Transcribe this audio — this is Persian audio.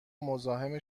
مزاحم